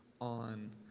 on